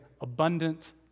abundant